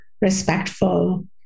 Respectful